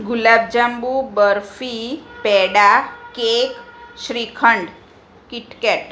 gulab jamun barfi peda cake shrikhand KitKat